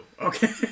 Okay